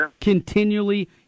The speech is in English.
continually